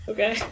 Okay